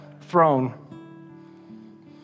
throne